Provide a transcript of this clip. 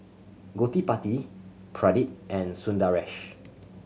Gottipati Pradip and Sundaresh